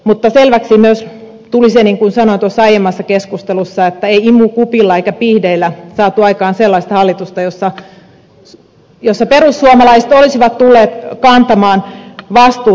mutta selväksi tuli myös se niin kuin sanoin tuossa aiemmassa keskustelussa että ei imukupilla eikä pihdeillä saatu aikaan sellaista hallitusta jossa perussuomalaiset olisivat tulleet kantamaan vastuuta